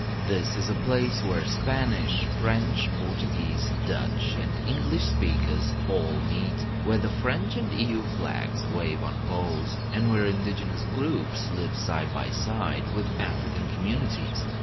this is a place where spanish, french, portuguese, dutch and english speakers all meet, where the french and eu flags wave on polls, and where indigenous groups live side by side with african communities.